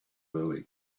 early